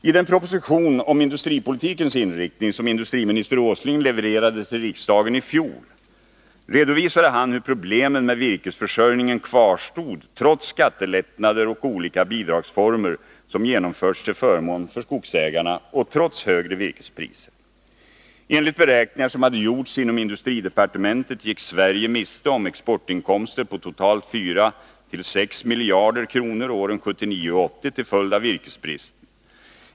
I den proposition om industripolitikens inriktning som industriminister Åsling levererade till riksdagen i fjol redovisade han hur problemen med virkesförsörjningen kvarstod trots skattelättnader och olika bidragsformer som genomförts till förmån för skogsägarna och trots högre virkespriser. Enligt beräkningar som hade gjorts inom industridepartementet gick Sverige åren 1979 och 1980 till följd av virkesbristen miste om exportinkomster på totalt 4 å 6 miljarder kronor.